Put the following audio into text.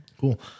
Cool